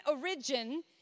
origin